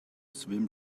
swim